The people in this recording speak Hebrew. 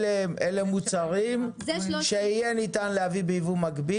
אלה מוצרים שיהיה ניתן להביא ביבוא מקביל